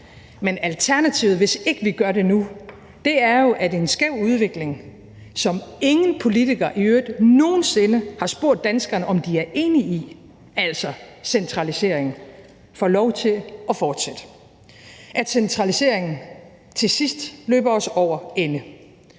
Men alternativet, hvis ikke vi gør det nu, er, at en skæv udvikling, som ingen politikere i øvrigt nogen sinde har spurgt danskerne om de er enige i, altså centralisering, får lov til at fortsætte, så centraliseringen til sidst løber os over ende.